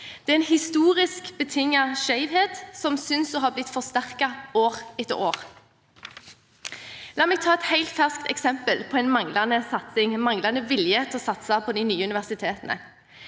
Det er en historisk betinget skjevhet som synes å ha blitt forsterket år etter år. La meg ta et helt ferskt eksempel på en manglende vilje til å satse på de nye universitetene.